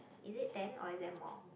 is it ten or is that more